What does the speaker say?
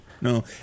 no